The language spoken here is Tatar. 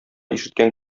ишеткән